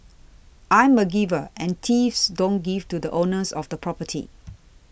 I'm a giver and thieves don't give to the owners of the property